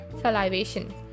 salivation